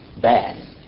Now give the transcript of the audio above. bad